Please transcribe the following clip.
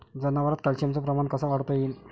जनावरात कॅल्शियमचं प्रमान कस वाढवता येईन?